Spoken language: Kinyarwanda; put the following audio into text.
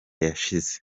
yashize